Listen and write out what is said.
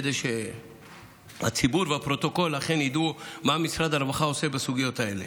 כדי שהציבור והפרוטוקול ידעו מה משרד הרווחה עושה בסוגיות האלה.